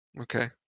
Okay